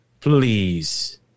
please